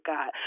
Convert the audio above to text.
God